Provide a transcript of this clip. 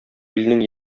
илнең